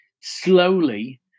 slowly